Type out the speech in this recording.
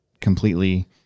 completely